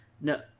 No